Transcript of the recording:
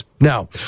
Now